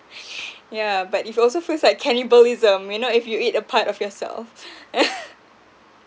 yeah but it also feels like cannibalism you know if you eat a part of yourself